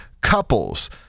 couples